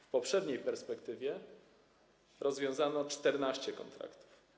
W poprzedniej perspektywie rozwiązano 14 kontraktów.